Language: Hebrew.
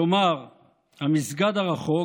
כלומר המסגד הרחוק